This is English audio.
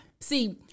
See